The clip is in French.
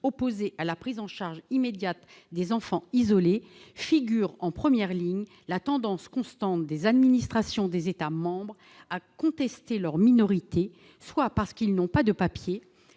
opposés à la prise en charge immédiate des enfants isolés, figure en première ligne la tendance constante des administrations des États membres à contester leur minorité, soit parce qu'ils n'ont pas de papier